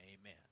amen